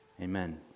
amen